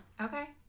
Okay